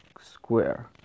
square